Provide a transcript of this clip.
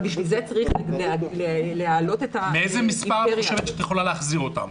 אבל בשביל זה צריך להעלות את ה- -- מתי תוכלי להחזיר אותן?